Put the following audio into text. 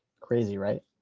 crazy, right.